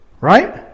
Right